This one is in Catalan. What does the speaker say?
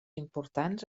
importants